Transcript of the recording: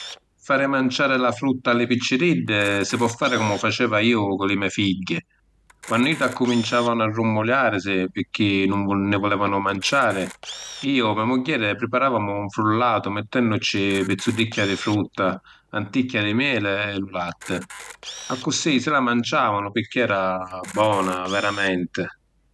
Pi fari manciàri la frutta a li picciriddi si po’ fari comu faceva iu cu li me’ figghi. Quannu iddi accuminciavanu a rummuliarisi pirchì nun nni vulevanu manciàri, iu o me’ mugghieri priparavamu un frullatu mettennuci pizzuddicchi di frutta, ‘anticchia di meli e lu latti. Accussì si la manciàvanu pirchì era bona veramenti.